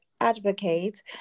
advocate